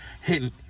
hitting